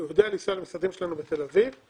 הוא יודע לנסוע למשרדים שלנו בתל אביב אבל